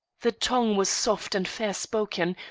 the tongue was soft and fair-spoken,